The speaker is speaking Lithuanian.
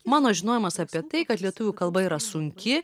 mano žinojimas apie tai kad lietuvių kalba yra sunki